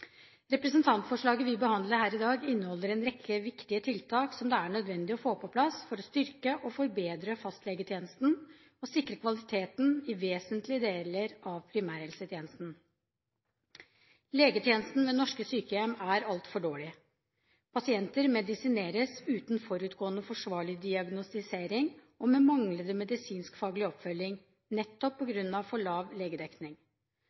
Representantforslaget vi behandler i dag, inneholder en rekke viktige tiltak som det er nødvendig å få på plass for å styrke og forbedre fastlegetjenesten og sikre kvaliteten i vesentlige deler av primærhelsetjenesten. Legetjenesten ved norske sykehjem er altfor dårlig. Pasienter medisineres uten forutgående forsvarlig diagnostisering og med manglende medisinskfaglig oppfølging på grunn av for lav legedekning.